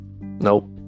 Nope